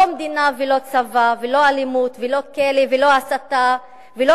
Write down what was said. לא מדינה ולא צבא ולא אלימות ולא כלא ולא הסתה ולא